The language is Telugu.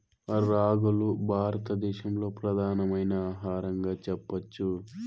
రాగులు భారత దేశంలో ప్రధానమైన ఆహారంగా చెప్పచ్చు